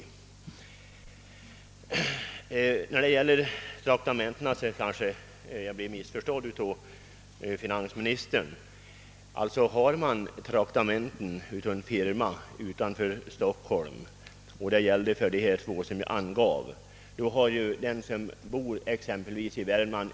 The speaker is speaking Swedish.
Jag tror att finansministern missförstod vad jag sade om traktamenten. De båda personer som jag nämnde har traktamentsersättning från en firma och arbetar utanför Stockholm.